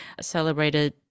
celebrated